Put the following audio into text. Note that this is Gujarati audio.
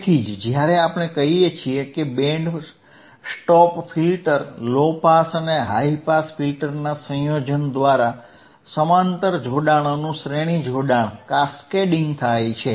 તેથી જ જ્યારે આપણે કહીએ કે band stop filter low pass અને હાઇ પાસ ફિલ્ટર્સના સંયોજન દ્વારા સમાંતર જોડાણોનું શ્રેણી જોડાણ થાય છે